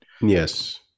Yes